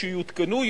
כשיותקנו,